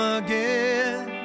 again